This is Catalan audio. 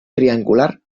triangular